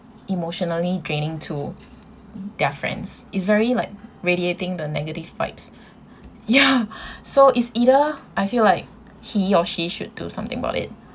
emotionally draining to their friends is very like radiating the negative vibes ya so is either I feel like he or she should do something about it